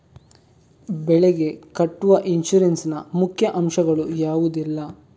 ಬೆಳೆಗೆ ಕಟ್ಟುವ ಇನ್ಸೂರೆನ್ಸ್ ನ ಮುಖ್ಯ ಅಂಶ ಗಳು ಯಾವುದೆಲ್ಲ?